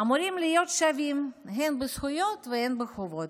אמורים להיות שווים הן בזכויות והן בחובות,